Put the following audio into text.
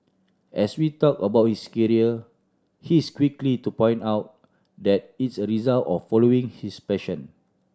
as we talk about his career he is quickly to point out that it's a result of following his passion